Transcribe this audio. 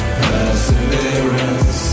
perseverance